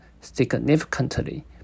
significantly